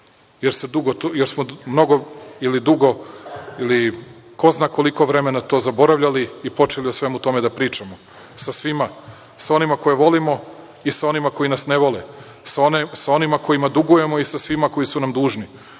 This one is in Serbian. jer smo mnogo ili dugo ili ko zna koliko vremena to zaboravljali i počeli o svemu tome da pričamo, sa svima, sa onima koje volimo i sa onima koji nas ne vole, sa onima kojima dugujemo i sa svima koji su nam dužni,